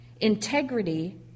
integrity